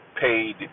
paid